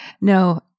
No